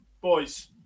boys